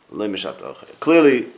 Clearly